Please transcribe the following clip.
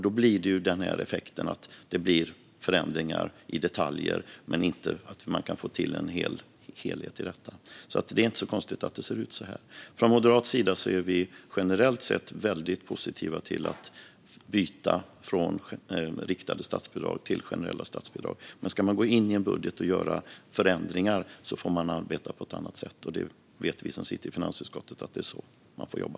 Då blir effekten att det blir förändringar i detaljer men att man inte kan få till en helhet. Det är därför inte så konstigt att det ser ut på detta sätt. Från moderat sida är vi generellt sett väldigt positiva till att byta från riktade statsbidrag till generella statsbidrag. Men om man ska gå in i en budget och göra förändringar får man arbeta på ett annat sätt. Vi som sitter i finansutskottet vet att det är så man får jobba.